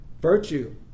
Virtue